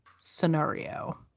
scenario